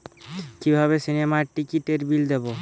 কিভাবে সিনেমার টিকিটের বিল দেবো?